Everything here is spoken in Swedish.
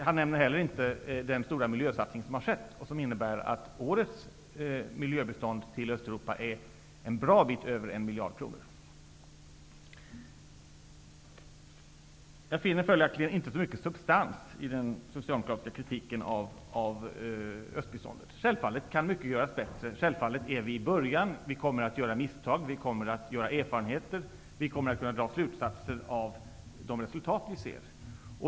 Han nämner heller inte den stora miljösatsning som har skett och som innebär att årets miljöbistånd till Östeuropa är på en bra bit över 1 miljard kronor. Jag finner följaktligen inte så mycket substans i den socialdemokratiska kritiken av östbiståndet. Mycket kan självfallet göras bättre. Vi är i början och kommer att göra misstag, erfarenheter och vi kommer att kunna dra slutsatser av de resultat vi ser.